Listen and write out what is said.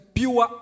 pure